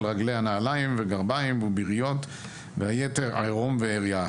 על רגליה נעלים וגרביים וביריות והיתר ערום ועריה,